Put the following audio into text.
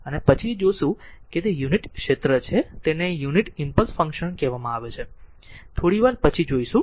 અને આ પછીથી જોશે કે તે યુનિટ ક્ષેત્ર છે તેને યુનિટ ઈમ્પલસ ફંક્શન કહેવામાં આવે છે થોડીવાર પછી જોઈશુ